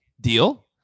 deal